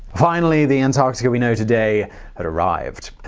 finally, the antarctica we know today had arrived.